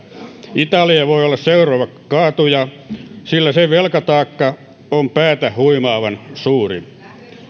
italia voi olla seuraava kaatuja sillä sen velkataakka on päätä huimaavan suuri